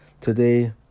Today